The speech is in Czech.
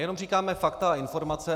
My jenom říkáme fakta a informace.